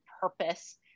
purpose